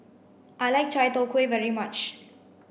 I like Chai Tow Kway very much